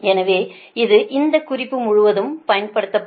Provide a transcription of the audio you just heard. எனவே இது இந்த குறிப்பு முழுவதும் பயன்படுத்தப்படும்